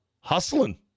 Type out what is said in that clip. hustling